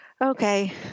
okay